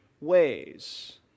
ways